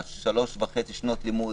שלוש שנים וחצי שנות לימוד,